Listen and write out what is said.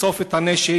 לאסוף את הנשק,